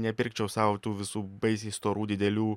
nepirkčiau sau tų visų baisiai storų didelių